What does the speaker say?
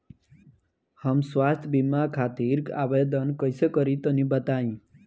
हम स्वास्थ्य बीमा खातिर आवेदन कइसे करि तनि बताई?